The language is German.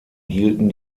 hielten